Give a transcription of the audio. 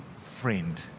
friend